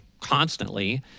constantly